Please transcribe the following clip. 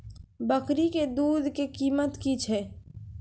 बकरी के दूध के कीमत की छै?